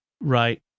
Right